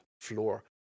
floor